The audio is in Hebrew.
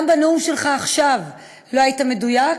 גם בנאום שלך עכשיו לא היית מדויק,